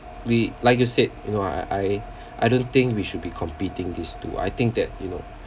we like you said you know I I I I don't think we should be competing these two I think that you know